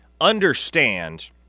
understand